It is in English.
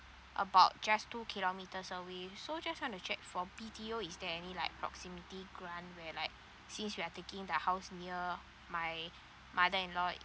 about just two kilometres away so just want to check for B_T_O is there any like proximity grant where like since we are taking the house near my mother in law